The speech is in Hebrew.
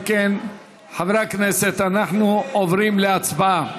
אם כן, חברי הכנסת, אנחנו עוברים להצבעה,